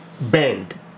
bend